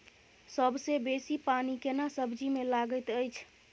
सबसे बेसी पानी केना सब्जी मे लागैत अछि?